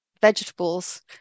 vegetables